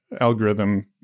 algorithm